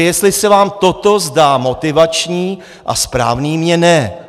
Jestli se vám toto zdá motivační a správné, mně ne.